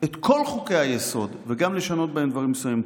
את כל חוקי-היסוד וגם לשנות בהם דברים מסוימים.